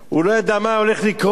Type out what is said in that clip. הוא לא ידע מה הולך לקרות.